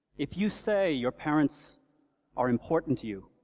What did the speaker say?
if you say your parents are important to you,